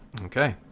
Okay